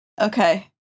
Okay